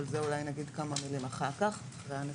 ועל זה נגיד כמה מילים אחרי הנתונים.